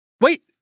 Wait